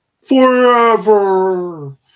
forever